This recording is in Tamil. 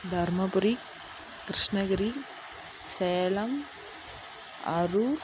தருமபுரி கிருஷ்ணகிரி சேலம் அரூர்